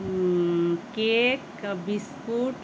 cake biscuit